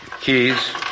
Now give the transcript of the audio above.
keys